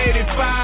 85